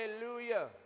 hallelujah